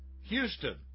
Houston